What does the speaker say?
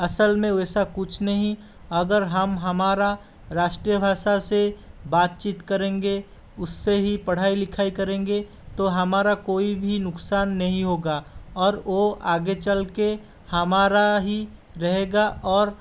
असल में वैसा कुछ नहीं अगर हम हमारा राष्ट्रीय भाषा से बातचीत करेंगे उससे ही पढ़ाई लिखाई करेंगे तो हमारा कोई भी नुकसान नहीं होगा और वह आगे चल कर हमारा ही रहेगा और